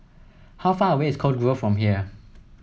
how far away is Cove Grove from here